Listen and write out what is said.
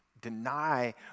Deny